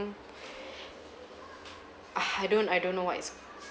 uh I don't I don't know what it's